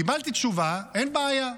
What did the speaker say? קיבלתי תשובה: אין בעיה,